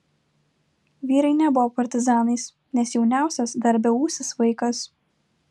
vyrai nebuvo partizanais nes jauniausias dar beūsis vaikas